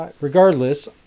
regardless